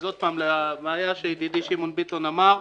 הבעיה שידידי שמעון ביטון אמר,